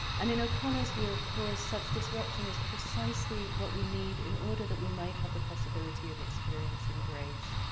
and in o'connor's view, of course, such disruption is precisely what we need in order that we might have the possibility of experiencing grace.